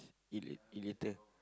eat eat later